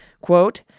Quote